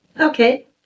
okay